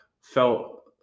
felt